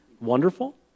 wonderful